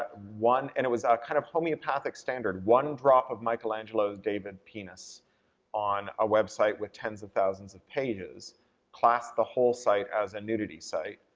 one, and it was kind of a homeopathic standard, one drop of michelangelo's david penis on a website with tens of thousands of pages classed the whole site as a nudity site.